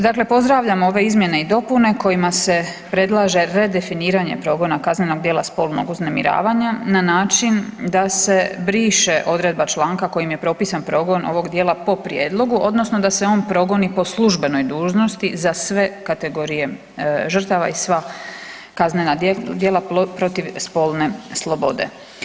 Dakle, pozdravljam ove izmjene i dopune kojima se predlaže redefiniranje progona kaznenog djela spolnog uznemiravanja na način da se briše odredba članka kojim je propisan progon ovog djela po prijedlogu odnosno da se on progoni po službenoj dužnosti za sve kategorije žrtava i sva kaznena djela protiv spolne slobode.